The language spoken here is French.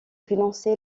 financé